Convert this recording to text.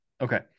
Okay